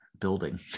building